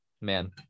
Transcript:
Man